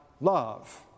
love